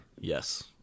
Yes